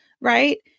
right